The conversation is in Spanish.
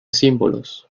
símbolos